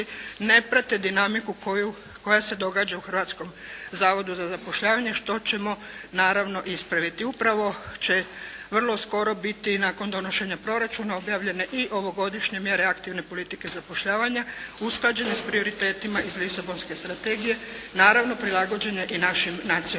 ne prate dinamiku koja se događa u Hrvatskom zavodu za zapošljavanje što ćemo naravno ispraviti. Upravo će vrlo skoro biti nakon donošenja proračuna, objavljene i ovogodišnje mjere aktivne politike zapošljavanja usklađene s prioritetima iz Lisabonske strategije, naravno prilagođene i našim nacionalnim